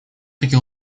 таки